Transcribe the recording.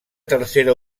tercera